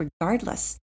regardless